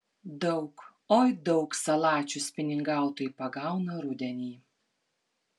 daug oi daug salačių spiningautojai pagauna rudenį